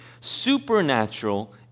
supernatural